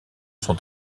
sont